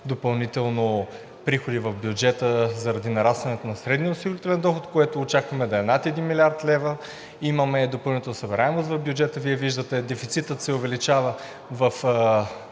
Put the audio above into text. допълнително приходи в бюджета заради нарастването на средния осигурителен доход, който очакваме да е над 1 млрд. лв., имаме допълнителна събираемост в бюджета. Вие виждате, дефицитът се увеличава